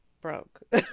broke